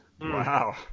Wow